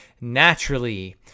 naturally